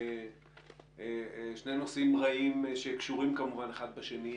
אלה שני נושאים רעים שקשורים כמובן אחד בשני.